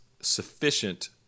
sufficient